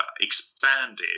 expanded